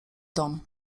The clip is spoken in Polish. dom